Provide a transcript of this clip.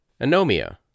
Anomia